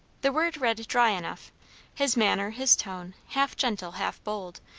the word read dry enough his manner, his tone, half gentle, half bold,